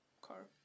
car